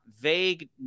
vague